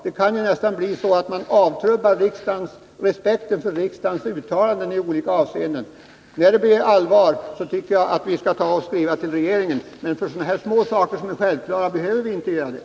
Det kan avtrubba respekten för riksdagens uttalanden i olika avseenden. När det blir allvar tycker jag vi skall skriva till regeringen, men för små självklara saker behöver vi inte göra det.